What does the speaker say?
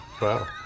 Wow